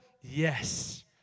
Yes